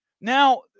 Now